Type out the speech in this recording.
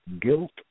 guilt